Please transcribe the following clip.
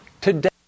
today